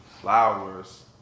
flowers